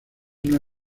una